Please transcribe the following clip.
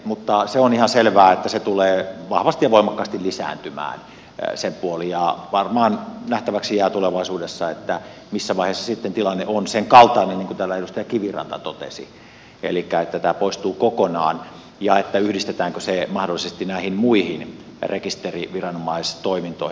mutta se on ihan selvää että se puoli tulee vahvasti ja voimakkaasti lisääntymään ja varmaan nähtäväksi jää tulevaisuudessa missä vaiheessa sitten tilanne on senkaltainen niin kuin täällä edustaja kiviranta totesi että tämä poistuu kokonaan ja yhdistetäänkö se mahdollisesti näihin muihin rekisteriviranomaistoimintoihin